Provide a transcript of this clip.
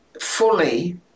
fully